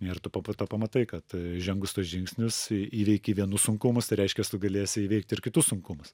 ir tu po po to pamatai kad žengus tuos žingsnius įveiki vienus sunkumus tai reiškias tu galėsi įveikt ir kitus sunkumus